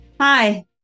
Hi